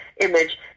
image